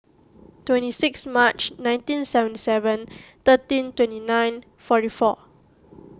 twenty six March nineteen seventy seven thirteen twenty nine forty four